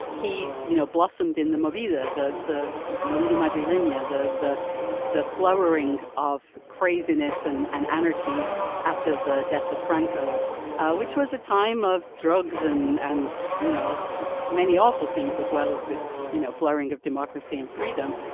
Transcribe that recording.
he you know blossomed in the movie the the the movie the mother linea the the the flowering of craziness and an anarchy after the death of franco which was a time of drugs and and you know just many awful things as well as this you know flowering of democracy and freedom.